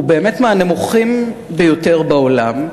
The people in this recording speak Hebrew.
הם באמת מהנמוכים ביותר בעולם.